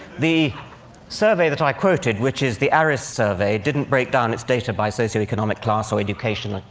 the survey that i quoted, which is the aris survey, didn't break down its data by socio-economic class or education, like